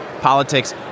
Politics